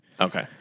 Okay